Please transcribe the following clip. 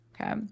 Okay